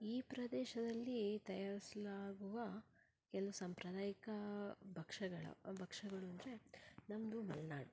ಈ ಪ್ರದೇಶದಲ್ಲಿ ತಯಾರಿಸಲಾಗುವ ಕೆಲವು ಸಾಂಪ್ರದಾಯಿಕ ಭಕ್ಷ್ಯಗಳ ಭಕ್ಷ್ಯಗಳು ಅಂದರೆ ನಮ್ಮದು ಮಲ್ನಾಡು